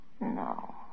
No